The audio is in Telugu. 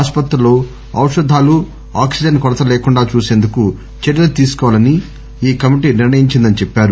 ఆసుపత్రుల్లో ఔషధాలు ఆక్సిజన్ కొరత లేకుండా చూసేందుకు చర్యలు తీసుకోవాలని ఈ కమిటీ నిర్ణయించిందని చెప్పారు